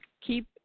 keep